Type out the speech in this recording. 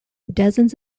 dozens